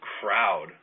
crowd